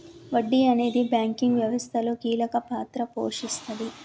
వడ్డీ అనేది బ్యాంకింగ్ వ్యవస్థలో కీలక పాత్ర పోషిస్తాది